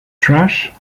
trash